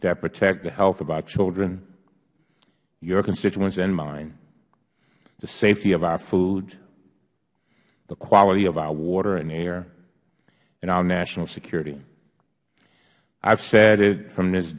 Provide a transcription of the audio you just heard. that protect the health of our children your constituents and mine the safety of our food the quality of our water and air and our national security i have said it from this